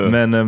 Men